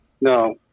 no